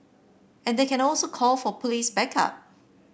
and they can also call for police backup